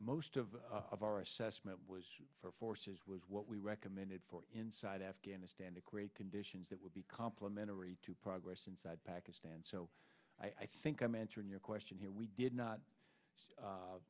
most of our assessment for forces was what we recommended for inside afghanistan to create conditions that would be complimentary to progress inside pakistan so i think i'm answering your question here we did not